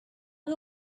who